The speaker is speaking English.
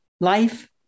Life